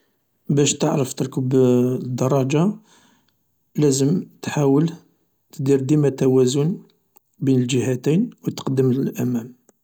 باش تعرف تركب الدراجة لازم تحاول دير ديما التوازن بين الجهتين و تتقدم للأمام.